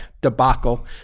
debacle